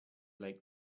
lake